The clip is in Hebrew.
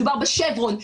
מדובר בשברון,